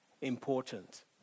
important